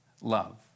love